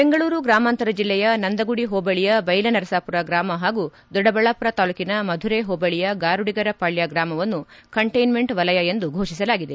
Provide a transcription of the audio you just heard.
ಬೆಂಗಳೂರು ಗ್ರಾಮಾಂತರ ಜಿಲ್ಲೆಯ ನಂದಗುಡಿ ಹೋಬಳಿಯ ಬೈಲನರಸಾಮರ ಗ್ರಾಮ ಹಾಗೂ ದೊಡ್ಡಬಳ್ಳಾಮರ ತಾಲ್ಲೂಕಿನ ಮಧುರೆ ಹೋಬಳಿಯ ಗಾರುಡಿಗರ ಪಾಳ್ಯ ಗ್ರಾಮವನ್ನು ಕಂಟೈನ್ಮೆಂಟ್ ವಲಯ ಎಂದು ಘೋಷಿಸಲಾಗಿದೆ